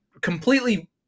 completely